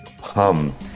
hum